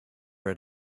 read